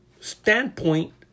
standpoint